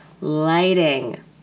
lighting